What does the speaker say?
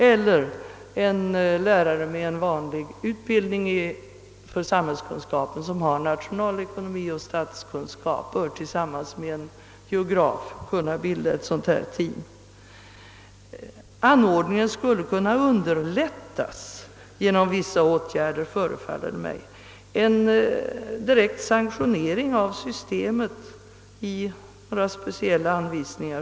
Eller en lärare med gällande behörighet för lärartjänst i samhällskunskap, som alltså har nationalekonomi och statskunskap i sin examen, skulle tillsammans med en geograf kunna bilda ett sådant här team. Anordningen skulle kunna underlättas genom vissa åtgärder, förefaller det mig, till exempel genom en direkt sanktionering av systemet i form av speciella anvisningar.